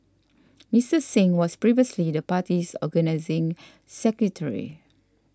Mister Singh was previously the party's organising secretary